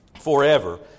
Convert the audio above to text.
forever